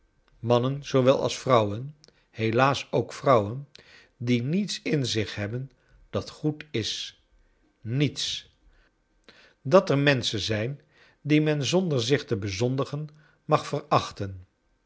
mannen zoowel als vrouwen helaas ook vrouwen die niets in zich hebben dat goed is niets dat er menschen zijn die men zonder zich te bezondigen mag vcrachten